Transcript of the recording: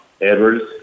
Edwards